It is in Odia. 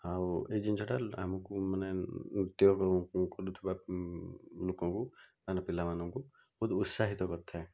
ଆଉ ଏଇ ଜିନିଷଟା ଆମକୁ ମାନେ ନୃତ୍ୟ କରୁଥିବା ଲୋକଙ୍କୁ ମାନେ ପିଲାମାନଙ୍କୁ ବହୁତ ଉତ୍ସାହିତ କରିଥାଏ